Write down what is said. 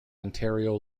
ontario